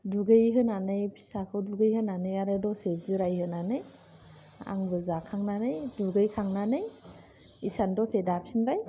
दुगै होनानै फिसाखौ दुगैहोनानै आरो दसे जिराय होनानै आंबो जाखांनानै दुगै खांनानै इसान दसे दाफिनबाय